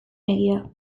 egia